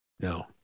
no